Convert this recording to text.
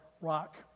rock